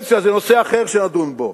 על גיל הפנסיה, זה נושא אחר שנדון בו,